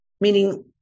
Meaning